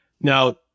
Now